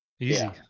Easy